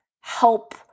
help